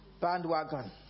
bandwagon